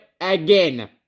again